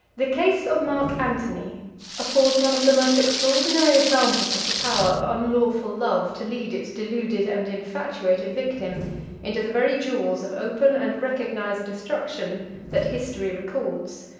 the case of mark antony affords one of the most extraordinary examples of the power of unlawful love to lead its deluded and infatuated victim into the very jaws of open and recognized destruction that history records.